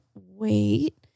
wait